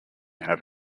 have